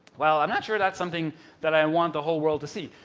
well, i'm not sure that's something that i want the whole world to see.